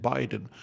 Biden